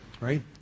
Right